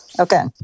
okay